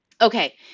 Okay